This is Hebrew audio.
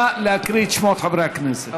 נא להקריא את שמות חברי הכנסת.